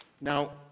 Now